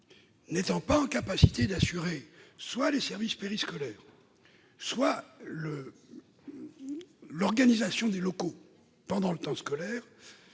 n'être pas en capacité d'assurer soit les services périscolaires, soit la bonne organisation des locaux pendant le temps scolaire